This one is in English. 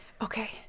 Okay